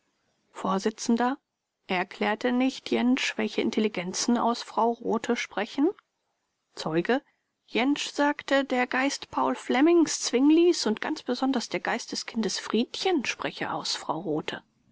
vors erklärte nicht jentsch welche intelligenzen aus frau rothe sprechen zeuge jentsch sagte der geist paul flemmings zwinglis und ganz besonders der geist des kindes friedchen spreche aus frau rothe